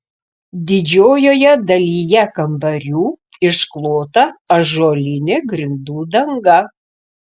didžiojoje dalyje kambarių išklota ąžuolinė grindų danga